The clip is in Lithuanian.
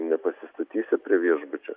nepasistatysi prie viešbučio